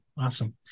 Awesome